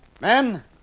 Men